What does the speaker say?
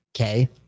okay